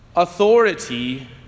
authority